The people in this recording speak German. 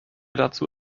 dazu